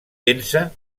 densa